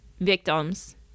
victims